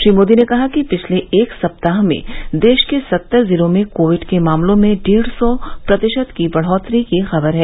श्री मोदी ने कहा कि पिछले एक सप्ताह में देश के सत्तर जिलों में कोविड के मामलों में डेढ सौ प्रतिशत की बढ़ोतरी की खबर है